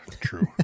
True